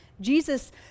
Jesus